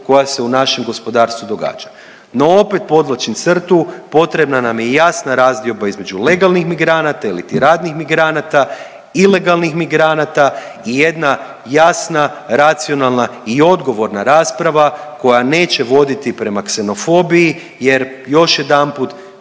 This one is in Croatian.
koja se u našeg gospodarstvu događa. No, opet podvlačim crtu potrebna nam je i jasna razdioba između legalnih migranata iliti radnih migranata, ilegalnih migranata i jedna jasna, racionalna i odgovorna rasprava koja neće voditi prema ksenofobiji jer još jedanput